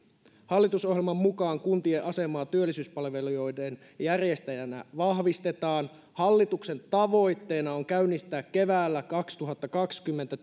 hallitusohjelman mukaan kuntien asemaa työllisyyspalveluiden järjestäjänä vahvistetaan hallituksen tavoitteena on käynnistää keväällä kaksituhattakaksikymmentä